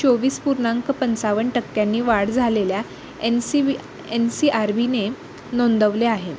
चोवीस पूर्णांक पंचावन टक्क्यांनी वाढ झालेल्या एनसीवी एन सी आर बीने नोंदवले आहे